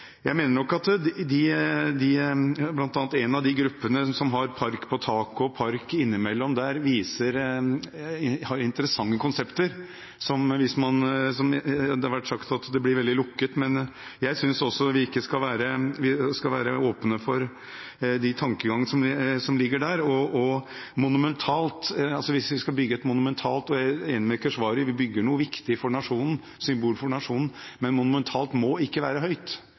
Jeg mener nok at bl.a. ett av idéforslagene som har park på taket og park innimellom der, har interessante konsepter. Det har vært sagt at det blir veldig lukket, men jeg synes også vi skal være åpne for de tankegangene som ligger der. Og når det gjelder monumentalt: Jeg er enig med Keshvari, vi bygger noe viktig for nasjonen, et symbol for nasjonen. Men monumentalt må ikke være høyt.